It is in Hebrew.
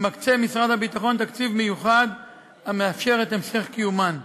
מקצה משרד הביטחון תקציב מיוחד המאפשר את המשך קיומן.